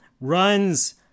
Runs